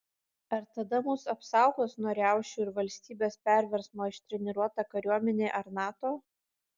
ar tada mus apsaugos nuo riaušių ir valstybės perversmo ištreniruota kariuomenė ar nato